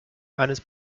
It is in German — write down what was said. eines